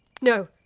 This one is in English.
No